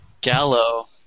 Gallo